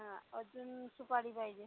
अजून सुपारी पाहिजे